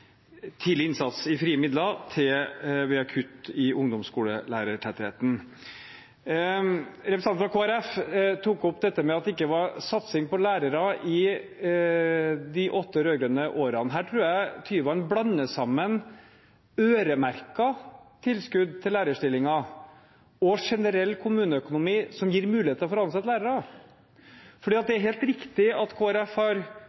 tidlig innsats med frie midler via kutt i ungdomsskolelærertettheten. Representanten fra Kristelig Folkeparti tok opp dette med at det ikke var satsing på lærere i de åtte rød-grønne årene. Her tror jeg Tyvand blander sammen øremerkede tilskudd til lærerstillinger og generell kommuneøkonomi som gir muligheter for å ansette lærere. Det er helt riktig at Kristelig Folkeparti har